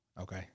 Okay